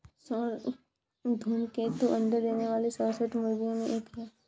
स्वर्ण धूमकेतु अंडे देने वाली सर्वश्रेष्ठ मुर्गियों में एक है